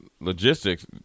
logistics